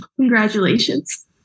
Congratulations